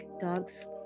Dogs